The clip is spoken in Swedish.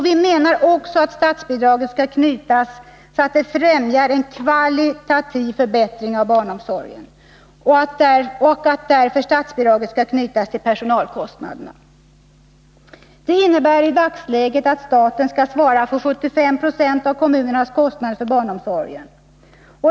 Vi menar också att statsbidragssystemet skall främja en kvalitativ förbättring av barnomsorgen och att det därför skall knytas till personalkostnaderna. Det innebär i dagsläget att staten skall svara för 75 Jo av kommunernas kostnader för barnomsorgen.